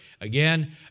Again